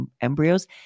embryos